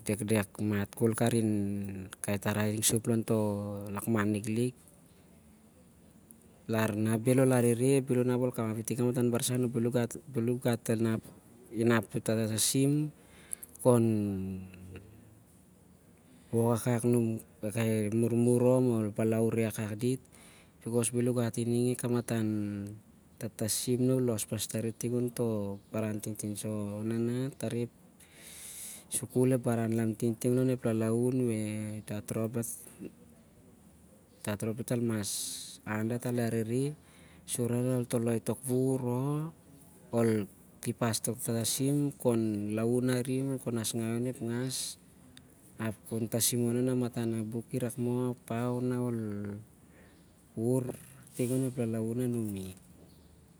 idekdek mat khol karin ep tarai tingon toh lon lakman, liklik. Larna bhel ol arehreh bhal unapol kamap tik tih kamtan barsan bhel u gat inap tatasim khon balaure akak dit. Tari ep pukun arehreh ep baran lamtin, tin onep lalaun nah dat rhop dat el mas arehreh sur dat el toloi toh wuvur tintin.